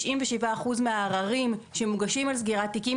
97% מהערערים שמוגשים על סגירת תיקים